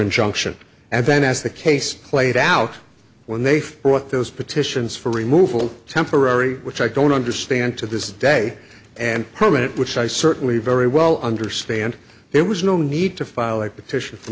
injunction and then as the case played out when they fought those petitions for removal temporary which i don't understand to this day and permit which i certainly very well understand there was no need to file a petition for